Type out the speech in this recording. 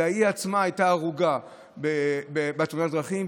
אלא היא עצמה הייתה הרוגה בתאונת הדרכים,